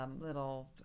little